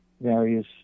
various